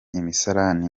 imisarane